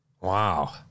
Wow